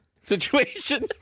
situation